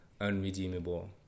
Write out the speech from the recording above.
unredeemable